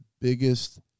biggest